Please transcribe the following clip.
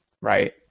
right